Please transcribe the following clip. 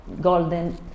golden